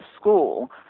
school